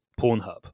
Pornhub